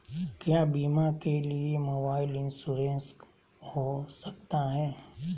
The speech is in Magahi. क्या बीमा के लिए मोबाइल इंश्योरेंस हो सकता है?